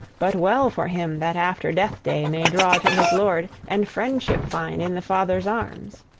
but well for him that after death-day may draw to his lord, and friendship find in the father's arms!